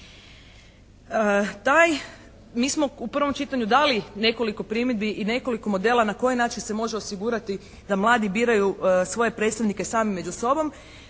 mi smo u prvom čitanju dali nekoliko primjedbi i nekoliko modela na koji način se može osigurati da mladi biraju svoje predstavnika sami među sobom.